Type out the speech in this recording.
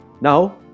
Now